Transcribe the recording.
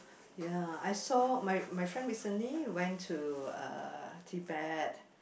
ya I saw my my friend recently went to uh Tibet